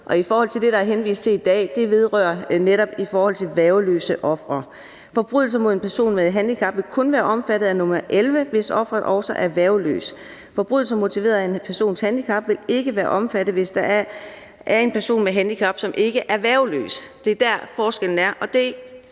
og det, der henvises til i dag, vedrører netop værgeløse ofre. Forbrydelser mod en person med handicap vil kun være omfattet af nr. 11, hvis offeret også er værgeløs. Forbrydelser motiveret af en persons handicap vil ikke være omfattet, hvis det er en person med handicap, som ikke er værgeløs. Det er der, forskellen er,